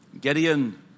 Gideon